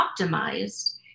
optimized